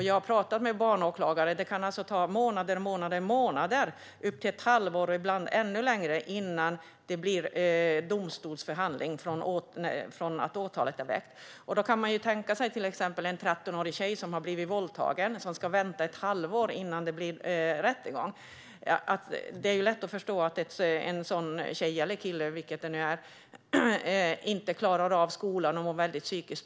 Jag har talat med barnåklagare: Det kan ta flera månader - upp till ett halvår och ibland ännu längre - från att åtalet är väckt till att det blir domstolsförhandling. Man kan ju tänka sig hur det är för en 13-årig tjej som har blivit våldtagen och som ska vänta ett halvår innan det blir rättegång - det är lätt att förstå att en sådan tjej, eller kille, inte klarar av skolan och mår väldigt dåligt psykiskt.